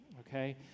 Okay